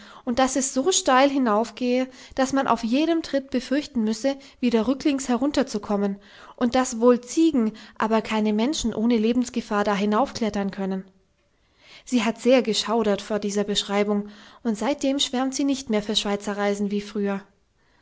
und daß es so steil hinaufgehe daß man auf jedem tritt befürchten müsse wieder rücklings herunterzukommen und daß wohl ziegen aber keine menschen ohne lebensgefahr da hinaufklettern können sie hat sehr geschaudert vor dieser beschreibung und seither schwärmt sie nicht mehr für schweizerreisen wie früher